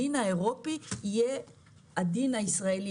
הדין האירופי יהיה הדין הישראלי.